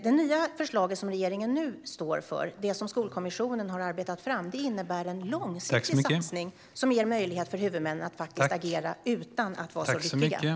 Det nya förslaget från regeringen, som Skolkommissionen har arbetat fram, innebär en långsiktig satsning som ger möjlighet för huvudmännen att agera utan att vara så ryckiga.